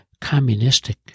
communistic